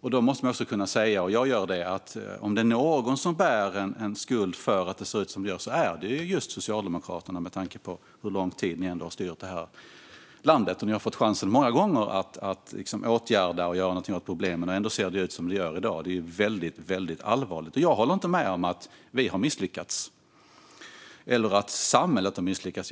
Då måste man också kunna säga - och det gör jag - att om det är någon som bär skuld för att det ser ut som det gör är det Socialdemokraterna med tanke på hur lång tid ni har styrt landet. Ni har fått chansen många gånger att åtgärda och göra något åt problemen, och ändå ser det ut som det gör i dag. Det är väldigt allvarligt. Jag håller inte med om att vi har misslyckats eller att samhället har misslyckats.